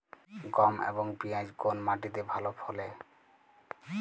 গম এবং পিয়াজ কোন মাটি তে ভালো ফলে?